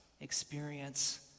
experience